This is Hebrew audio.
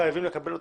חייבים לקבל אותו.